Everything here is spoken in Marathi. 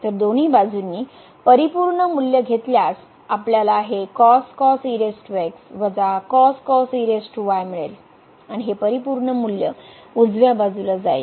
तर दोन्ही बाजूंनी परिपूर्ण मूल्य घेतल्यास आपल्याला हे मिळेल आणि हे परिपूर्ण मूल्य उजव्या बाजूला जाईल